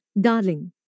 darling